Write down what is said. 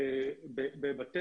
אבי.